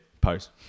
Pose